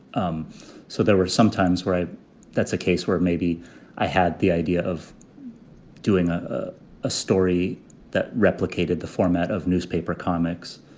um so there were some times where i that's a case where maybe i had the idea of doing ah ah a story that replicated the format of newspaper comics.